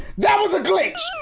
that was a glitch.